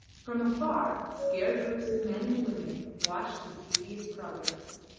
from afar, scared groups of men and women watched his devious progress.